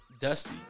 dusty